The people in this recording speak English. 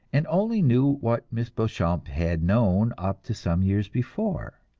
and only knew what miss beauchamp had known up to some years before.